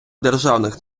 державних